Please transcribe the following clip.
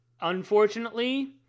Unfortunately